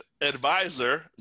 advisor